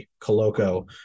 Coloco